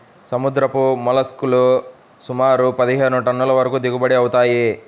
సముద్రపు మోల్లస్క్ లు సుమారు పదిహేను టన్నుల వరకు దిగుబడి అవుతాయి